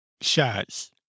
shots